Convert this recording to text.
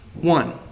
One